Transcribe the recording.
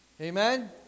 Amen